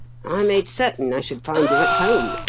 i made certain i should find you at home.